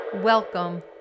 welcome